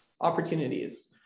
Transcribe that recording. opportunities